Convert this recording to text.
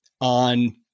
on